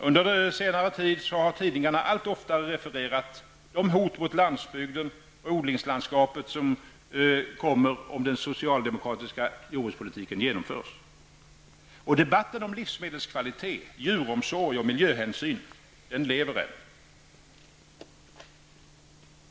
Under senare tid har tidningarna allt oftare refererat de hot mot landsbygden och odlingslandskapet som kommer om den socialdemokratiska jordbrukspolitiken genomförs. Debatten om livsmedelskvalitet, djuromsorg och miljöhänsyn lever än.